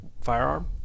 firearm